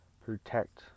protect